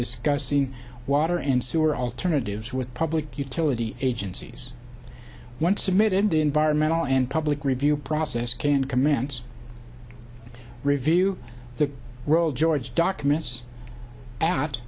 discussing water and sewer alternatives with public utility agencies once submitted the environmental and public review process can commence review the role george documents a